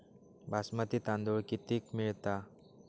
बासमती तांदूळ कितीक मिळता?